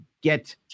get